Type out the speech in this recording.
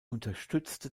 unterstützte